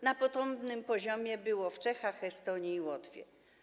Na podobnym poziomie było w Czechach, Estonii i na Łotwie.